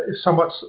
somewhat